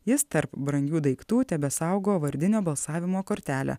jis tarp brangių daiktų tebesaugo vardinio balsavimo kortelę